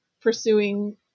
pursuing